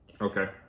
Okay